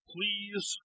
Please